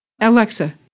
Alexa